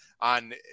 on